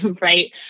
right